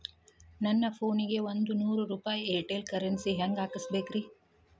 ನನ್ನ ಫೋನಿಗೆ ಒಂದ್ ನೂರು ರೂಪಾಯಿ ಏರ್ಟೆಲ್ ಕರೆನ್ಸಿ ಹೆಂಗ್ ಹಾಕಿಸ್ಬೇಕ್ರಿ?